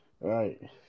Right